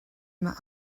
mae